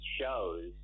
shows